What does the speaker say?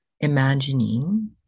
imagining